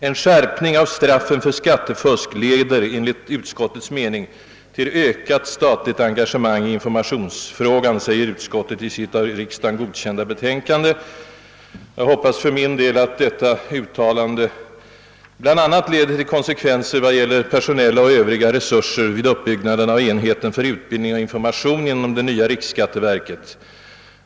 >En skärpning av straffen för skattefusk 1eder till ökat statligt engagemang i informationsfrågan> säger utskottet i sitt av riksdagen godkända betänkande. Jag hoppas för min del att detta uttalande bl.a. medför konsekvenser vad gäller de personella och övriga resurserna vid uppbyggnaden av enheten för utbildning och information inom det nya riksskatteverket.